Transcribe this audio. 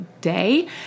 day